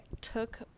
took